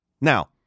Now